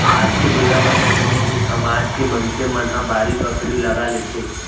आज के बेरा म तो कोनो भी समाज के मनसे मन ह बाड़ी बखरी लगा लेथे